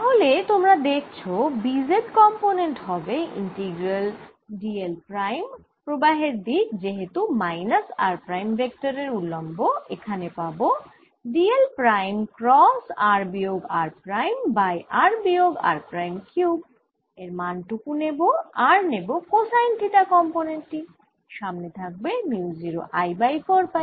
তাহলে তোমরা দেখছ B z কম্পোনেন্ট হবে ইন্টিগ্রেশান d l প্রাইম প্রবাহ এর দিক যেহেতু মাইনাস r প্রাইম ভেক্টরের উলম্ব এখানে পাবো d l prime cross r বিয়োগ r প্রাইম বাই r বিয়োগ r প্রাইম কিউব এর মান টুকু নেব আর নেব কোসাইন থিটা কম্পোনেন্ট টি সামনে থাকবে মিউ 0 I বাই 4 পাই